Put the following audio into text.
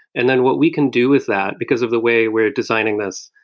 and then what we can do is that, because of the way we're designing this,